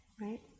Right